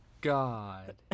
God